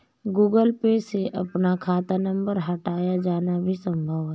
Google Pay से अपना खाता नंबर हटाया जाना भी संभव है